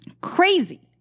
crazy